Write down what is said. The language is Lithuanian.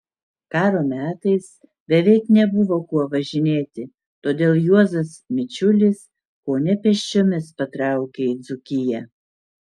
karo metais beveik nebuvo kuo važinėti todėl juozas mičiulis kone pėsčiomis patraukė į dzūkiją